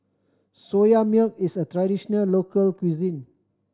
Soya Milk is a traditional local cuisine